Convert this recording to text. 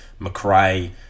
McRae